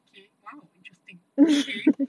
okay !wow! interesting okay